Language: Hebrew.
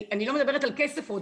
אני לא מדברת על כסף עוד.